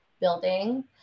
building